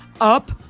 Up